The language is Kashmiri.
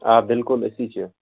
آ بِلکُل أسی چھِ